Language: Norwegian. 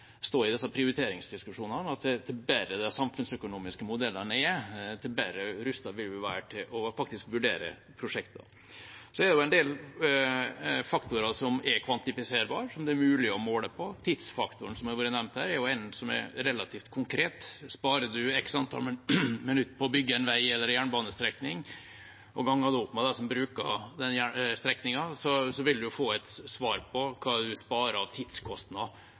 stå i disse prioriteringsdiskusjonene, at jo bedre de samfunnsøkonomiske modellene er, jo bedre rustet vil vi være til faktisk å vurdere prosjektene. En del faktorer er kvantifiserbare og mulige å måle. Tidsfaktoren, som har vært nevnt her, er en som er relativt konkret. Sparer man x antall minutter på å bygge en vei eller en jernbanestrekning og ganger det opp med dem som bruker denne strekningen, vil man få svar på hva man sparer av tidskostnad i et slikt prosjekt. På